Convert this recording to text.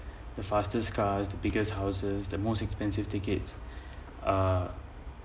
the fastest cars the biggest houses the most expensive ticket uh